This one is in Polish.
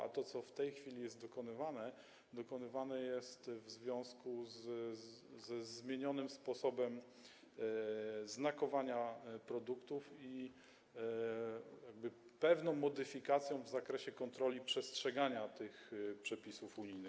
A to, co w tej chwili jest dokonywane, dokonywane jest w związku ze zmienionym sposobem znakowania produktów i pewną modyfikacją w zakresie kontroli przestrzegania tych przepisów unijnych.